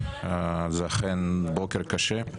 זה אכן בוקר קשה.